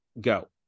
go